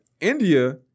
India